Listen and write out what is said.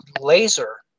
laser